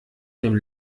dem